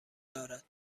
دارد